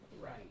Right